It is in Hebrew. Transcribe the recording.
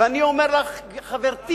ואני אומר לך חברתי,